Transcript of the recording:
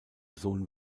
sohn